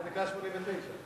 מהדקה ה-89.